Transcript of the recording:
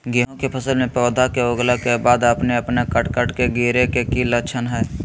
गेहूं के फसल में पौधा के उगला के बाद अपने अपने कट कट के गिरे के की लक्षण हय?